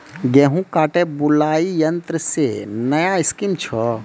गेहूँ काटे बुलाई यंत्र से नया स्कीम छ?